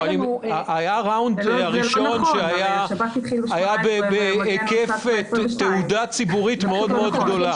הסיבוב הראשון היה בתהודה ציבורית מאוד גדולה.